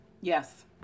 yes